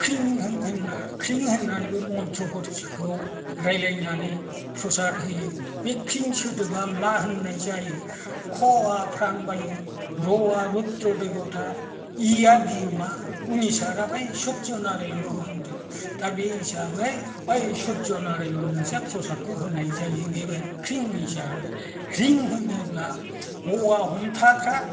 ख्रिं होन्नानैबो मन्त्र'फोरखौ रायलायनानै प्रसाद होयो बे ख्रिं सोदोबा मा होननाय जायो 'ख' आ प्रान बायु 'र' आ रुद्र देबता 'इ' आ बिमा 'ई' आ बै सुरज' नारायणखौ होनदों दा बे हिसाबै बै सुरज' नारायणनोसो प्रसादखौ होनाय जायो बे ख्रिं हिसाबै र्हिं होनोब्ला 'ह' आ हमथाग्रा